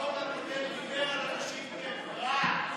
החוק הקודם דיבר על אנשים כפרט.